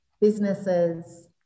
businesses